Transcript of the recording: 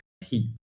heat